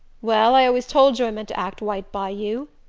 well, i always told you i meant to act white by you,